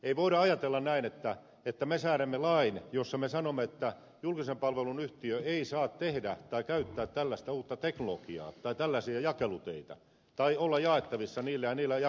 ei voida ajatella näin että me säädämme lain jossa me sanomme että julkisen palvelun yhtiö ei saa tehdä tai käyttää tällaista uutta teknologiaa tai tällaisia jakeluteitä tai olla jaettavissa niillä ja niillä jakeluteillä